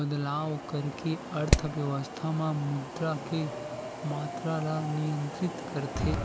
बदलाव करके अर्थबेवस्था म मुद्रा के मातरा ल नियंत्रित करथे